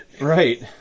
Right